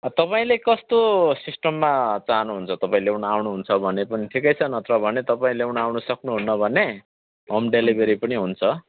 अब तपाईँले कस्तो सिस्टममा चाहनुहुन्छ तपाईँ ल्याउनु आउनुहुन्छ भने पनि ठिकै छ नत्र भने तपाईँ ल्याउनु आउनु सक्नुहुन्न भने होम डेलिभेरी पनि हुन्छ